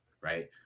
right